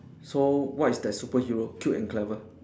so what is that superhero cute and clever